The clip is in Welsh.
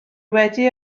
wedi